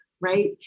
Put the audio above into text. right